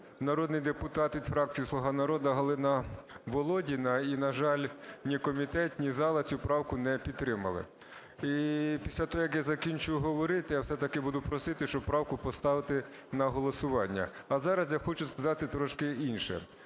народний депутат від фракції "Слуга народу" Галина Володіна. І на жаль, ні комітет, ні зал цю правку не підтримали. І після того, як я закінчу говорити, я все-таки буду просити, щоб правку поставити на голосування. А зараз я хочу сказати трошки інше.